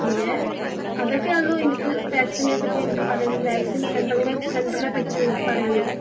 പിന്നെ അതൊക്കെ ഉള്ളൂ എനിക്ക് വാക്സിനേപ്പറ്റി എനിക്ക് പറയാനും വാക്സിൻ സെൻ്ററിനെ സെൻ്ററിണെ പറ്റിയിട്ട് ഞങ്ങൾക്ക് പറയാനുള്ളത്